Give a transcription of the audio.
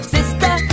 Sister